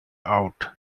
out